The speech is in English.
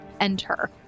enter